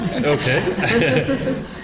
Okay